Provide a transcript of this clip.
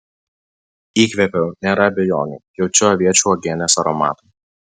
įkvėpiau nėra abejonių jaučiu aviečių uogienės aromatą